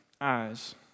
eyes